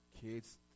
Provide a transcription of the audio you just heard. kids